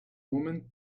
woman